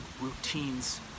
routines